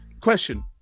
Question